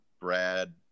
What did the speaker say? Brad